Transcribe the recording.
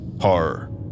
horror